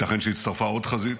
ייתכן שהצטרפה עוד חזית,